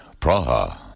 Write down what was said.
Praha